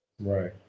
Right